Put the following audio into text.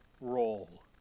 role